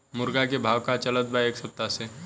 मुर्गा के भाव का चलत बा एक सप्ताह से?